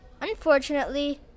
Unfortunately